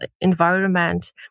environment